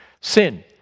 Sin